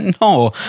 No